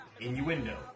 innuendo